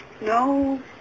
No